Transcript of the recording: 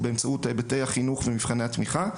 באמצעות היבטי החינוך ומבחני התמיכה.